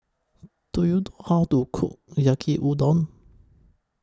Do YOU Do How to Cook Yaki Udon